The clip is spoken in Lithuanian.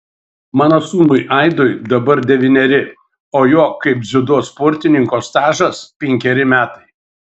mano sūnui aidui dabar devyneri o jo kaip dziudo sportininko stažas penkeri metai